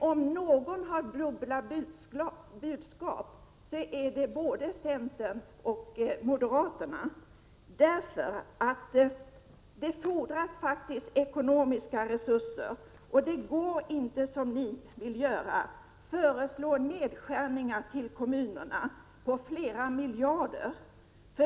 Om någon har dubbla budskap så är det centern och moderaterna. Det fordras faktiskt ekonomiska resurser, och det går inte att göra som ni vill göra — föreslå nedskärningar till kommunerna på flera miljarder.